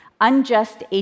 unjust